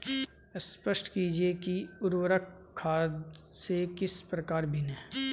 स्पष्ट कीजिए कि उर्वरक खाद से किस प्रकार भिन्न है?